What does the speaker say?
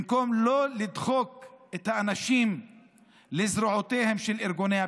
במקום לא לדחוק את האנשים לזרועותיהם של ארגוני הפשיעה,